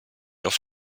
auf